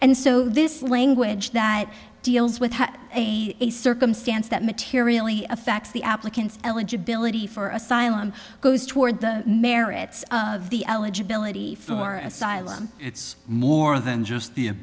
and so this language that deals with a circumstance that materially affects the applicant's eligibility for asylum goes toward the merits of the eligibility for asylum it's more than just